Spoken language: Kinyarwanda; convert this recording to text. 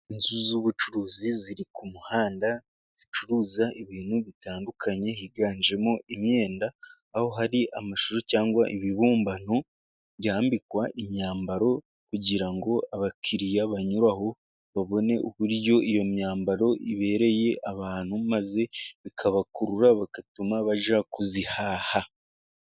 Inzu z'ubucuruzi ziri ku muhanda zicuruza ibintu bitandukanye higanjemo imyenda, aho hari amashusho cyangwa ibibumbano byambikwa imyambaro, kugira ngo abakiriya banyuraho babone uburyo iyo myambaro ibereye abantu, maze bikabakurura bigatuma bajya kuyihaha.